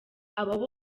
abo